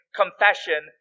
confession